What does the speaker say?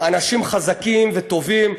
אנשים חזקים וטובים.